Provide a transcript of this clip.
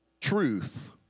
truth